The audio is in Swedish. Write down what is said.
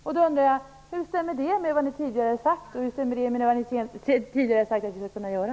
Jag undrar: Hur stämmer det med vad ni tidigare har sagt att vi skall kunna göra?